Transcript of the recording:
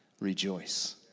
rejoice